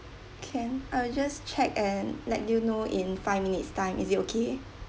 can I will just check and let you know in five minutes time is it okay